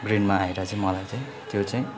ग्रिनमा आएर चाहिँ मलाई चाहिँ त्यो चाहिँ